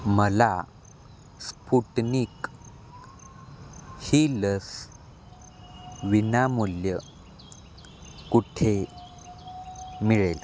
मला स्पुटनिक ही लस विनामूल्य कुठे मिळेल